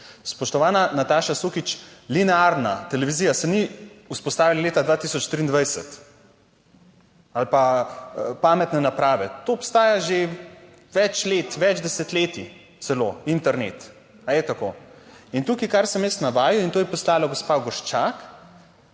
Spoštovana Nataša Sukič, linearna televizija se ni vzpostavila leta 2023, ali pa pametne naprave. To obstaja že več let, več desetletij, celo, internet. Ali je tako? In tukaj, kar sem jaz navajal, in to je poslala(?) gospa Gorščak.